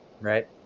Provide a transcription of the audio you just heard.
Right